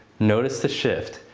notice the shift.